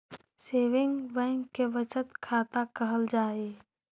saving bank के बचत खाता कहल जा हइ